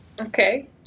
Okay